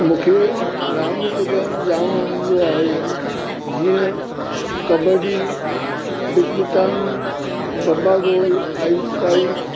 मूंखे रांदि कुॾण जामु ईंंदो आहे जीअं कबडी भितिभिताणी डब्बा गोल आइस पाइस